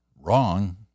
Wrong